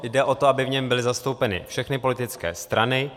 Jde o to, aby v něm byly zastoupeny všechny politické strany.